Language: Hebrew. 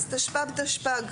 אז תשפ"ב תשפ"ג.